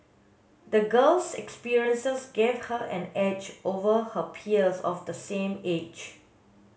the girl's experiences gave her an edge over her peers of the same age